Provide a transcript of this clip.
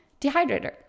dehydrator